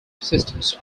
systems